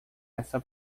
essa